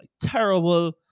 terrible